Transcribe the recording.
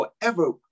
forever